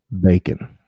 bacon